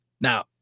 Now